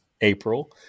april